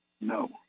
No